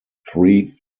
three